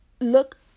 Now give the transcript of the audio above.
look